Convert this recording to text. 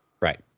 Right